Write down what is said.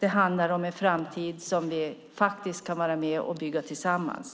Det handlar om en framtid vi faktiskt kan vara med och bygga tillsammans.